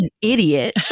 idiot